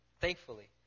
Thankfully